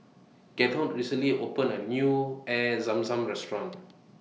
Gerhardt recently opened A New Air Zam Zam Restaurant